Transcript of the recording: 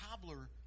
cobbler